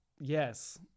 yes